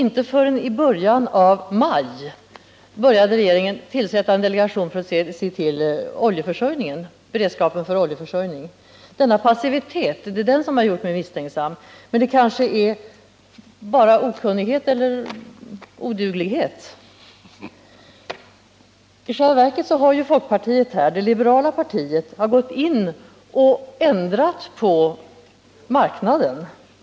Inte förrän i början av maj började regeringen diskutera att tillsätta en delegation för att kartlägga beredskapen i fråga om oljeförsörjningen. Det är denna passivitet som har gjort mig misstänksam, men det kanske i stället handlar om okunnighet eller oduglighet. Vad som har hänt är ju att folkpartiet, det liberala partiet, har gått in och ändrat på marknaden.